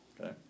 Okay